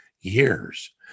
years